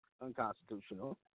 unconstitutional